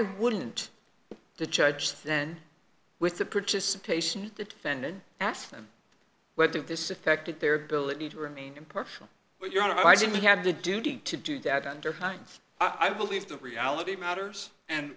wouldn't the judge then with the participation defended ask them why did this affected their ability to remain impartial when your honor i didn't have the duty to do that under hines i believe that reality matters and